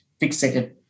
fixated